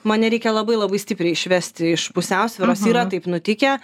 mane reikia labai labai stipriai išvesti iš pusiausvyros yra taip nutikę